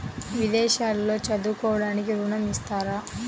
విదేశాల్లో చదువుకోవడానికి ఋణం ఇస్తారా?